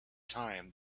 time